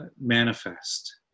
manifest